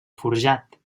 forjat